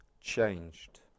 changed